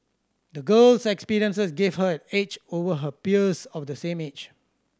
the girl's experiences gave her an edge over her peers of the same age